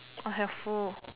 I have four